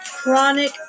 chronic